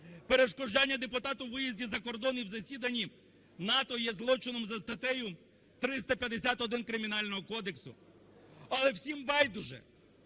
Перешкоджання депутату у виїзді за кордон і в засіданні НАТО є злочином за статтею 351 Кримінального кодексу. Але всім байдуже.